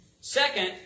Second